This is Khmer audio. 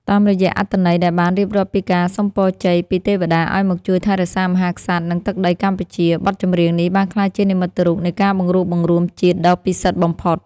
តាមរយៈអត្ថន័យដែលបានរៀបរាប់ពីការសុំពរជ័យពីទេវតាឱ្យមកជួយថែរក្សាមហាក្សត្រ និងទឹកដីកម្ពុជា បទចម្រៀងនេះបានក្លាយជានិមិត្តរូបនៃការបង្រួបបង្រួមជាតិដ៏ពិសិដ្ឋបំផុត។